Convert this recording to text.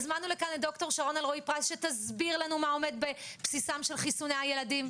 הזמנו את ד"ר שרון אלרעי-פרייס שתסביר לנו מה עומד בבסיס חיסוני הילדים.